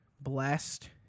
blessed